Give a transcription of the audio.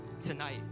tonight